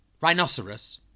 rhinoceros